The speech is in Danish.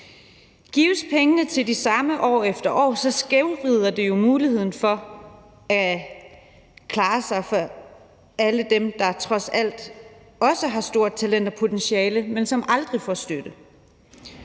Gives pengene til de samme år efter år, skævvrider det jo muligheden for at klare sig for alle dem, der trods alt også har stort talent og potentiale, men som aldrig får støtte.